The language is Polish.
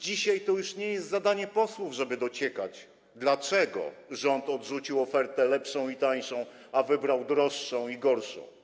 dzisiaj to już nie jest zadanie posłów, żeby dociekać, dlaczego rząd odrzucił ofertę lepszą i tańszą, a wybrał droższą i gorszą.